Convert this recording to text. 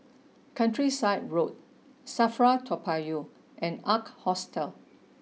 Countryside Road Safra Toa Payoh and Ark Hostel